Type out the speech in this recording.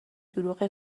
دروغ